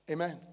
Amen